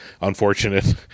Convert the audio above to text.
unfortunate